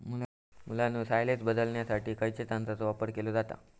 मुलांनो सायलेज बदलण्यासाठी खयच्या यंत्राचो वापर केलो जाता?